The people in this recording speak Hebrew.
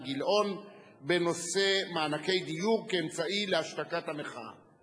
גילאון בנושא: מענקי דיור כאמצעי להשתקת המחאה.